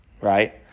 right